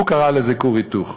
הוא קרא לזה כור היתוך.